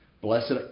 Blessed